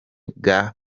bwa